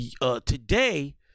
today